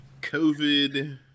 COVID